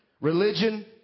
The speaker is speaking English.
religion